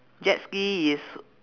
jet ski is